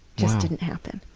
just didn't happen.